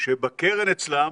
שבקרן אצלם